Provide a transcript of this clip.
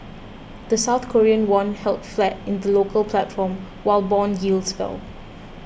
the South Korean won held flat in the local platform while bond yields fell